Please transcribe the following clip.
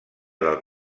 del